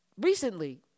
recently